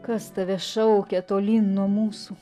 kas tave šaukia tolyn nuo mūsų